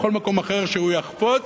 בכל מקום אחר שהוא יחפוץ.